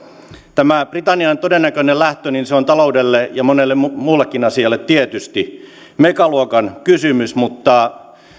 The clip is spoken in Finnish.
tämä britannian todennäköinen lähtö on taloudelle ja monelle muullekin asialle tietysti megaluokan kysymys mutta